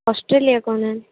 Australia କହୁନାହାନ୍ତି